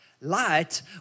Light